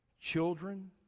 children